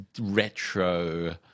retro